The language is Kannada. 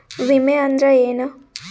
ವಿಮೆ ಅಂದ್ರೆ ಏನ?